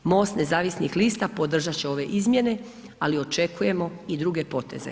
MOST nezavisnih lista podržati će ove izmjene ali očekujemo i druge poteze.